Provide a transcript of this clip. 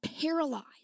paralyzed